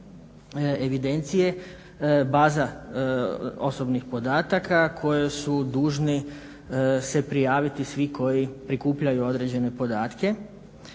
evidencije, baza osobnih podataka koji su dužni se prijaviti svi koji prikupljaju određene podatke.